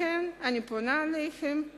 לכן אני פונה אליכם,